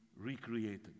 recreated